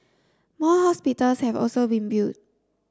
more hospitals have also been built